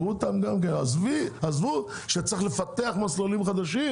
עזבו שצריך לפתח מסלולים חדשים